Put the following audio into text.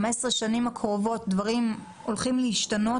15 השנים הקרובות דברים הולכים להשתנות